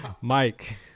Mike